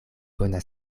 bona